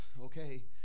Okay